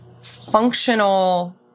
functional